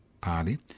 Party